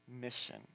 mission